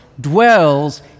dwells